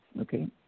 okay